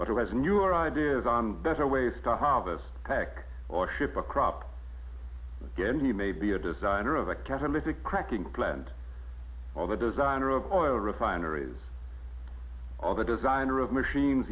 but who has newer ideas on better ways to harvest pack or ship a crop again he may be a designer of a catalytic cracking plant all the designer of oil refineries all the designer of machines